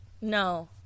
No